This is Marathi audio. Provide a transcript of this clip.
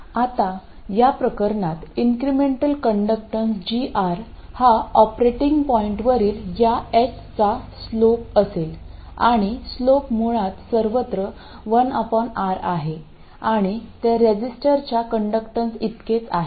आता या प्रकरणात इंक्रेमेंटल कण्डक्टन्स gR हा ऑपरेटिंग पॉईंटवरील या h चा स्लोप असेल आणि स्लोप मुळात सर्वत्र 1R आहे आणि ते रेझिस्टरच्या कण्डक्टन्सइतकेच आहे